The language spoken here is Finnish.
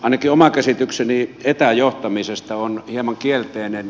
ainakin oma käsitykseni etäjohtamisesta on hieman kielteinen